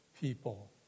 people